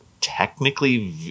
technically